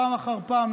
פעם אחר פעם,